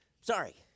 Sorry